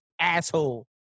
asshole